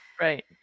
Right